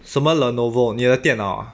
什么 lenovo 你的电脑 ah